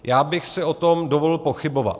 Já bych si o tom dovolil pochybovat.